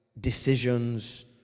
decisions